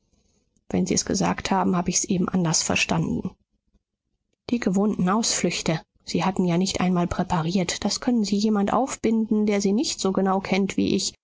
wenn sie es gesagt haben habe ich's eben anders verstanden die gewohnten ausflüchte sie hatten ja nicht einmal präpariert das können sie jemand aufbinden der sie nicht so genau kennt wie ich